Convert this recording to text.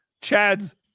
Chad's